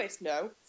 no